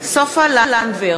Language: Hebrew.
סופה לנדבר,